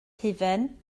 hufen